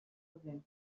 problème